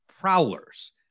Prowlers